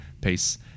Peace